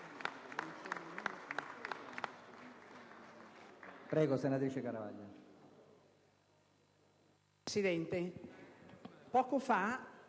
Presidente, poco fa